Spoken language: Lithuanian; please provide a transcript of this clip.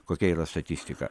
kokia yra statistika